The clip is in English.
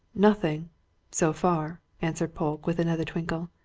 nothing so far, answered polke, with another twinkle.